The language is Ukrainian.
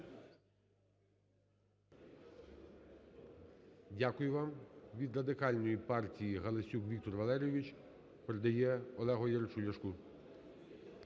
Дякую вам. Від Радикальної партії Галасюк Віктор Валерійович передає Олегу Валерійовичу Ляшку.